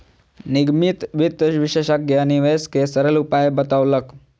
निगमित वित्त विशेषज्ञ निवेश के सरल उपाय बतौलक